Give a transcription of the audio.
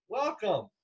welcome